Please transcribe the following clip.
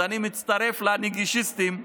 אז אני מצטרף לנגישיסטים,